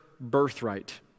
birthright